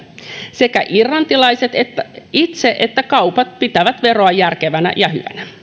sekä irlantilaiset itse että kaupat pitävät veroa järkevänä ja hyvänä